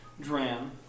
Dram